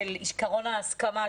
עיקרון ההסכמה,